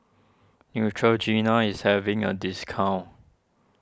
Neutrogena is having a discount